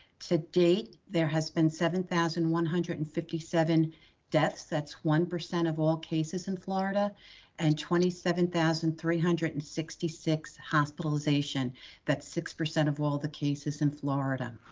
to date, there has been seven thousand one hundred and fifty seven deaths, that's one percent of all cases in florida and twenty seven thousand three hundred and sixty six hospitalization that's six percent of all the cases in florida